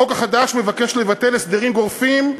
החוק החדש מבקש לבטל הסדרים גורפים,